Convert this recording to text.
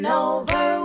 over